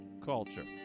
culture